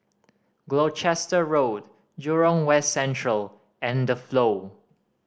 Gloucester Road Jurong West Central and The Flow